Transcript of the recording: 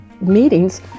meetings